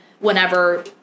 whenever